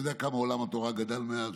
אתה יודע כמה עולם התורה גדל מאז,